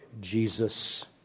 Jesus